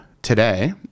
Today